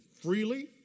freely